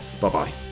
Bye-bye